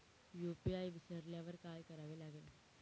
UPI विसरल्यावर काय करावे लागेल?